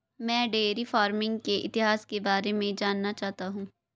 मैं dairy farming के इतिहास के बारे में जानना चाहता हूं